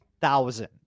thousand